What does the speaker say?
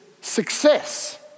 success